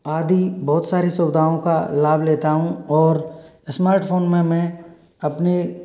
आदि बहुत सारी सुविधाओं का लाभ लेता हूँ और स्मार्टफ़ोन में मैं अपनी